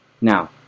now